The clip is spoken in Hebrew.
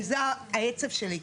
וזה העצב שלי,